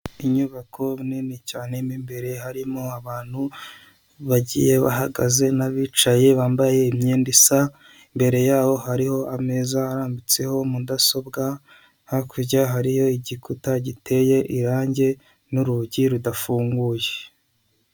Inyubako nini cyane mwimbere harimo abantu bagiye bahagaze nabicaye bambaye imyenda isa , mbere yaho hariho ameza arambitseho mudasobwa hakurya hariyo igikuta giteye irangi nurugi rudafunguye .